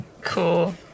Cool